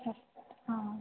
अस्तु आम्